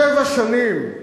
שבע שנים,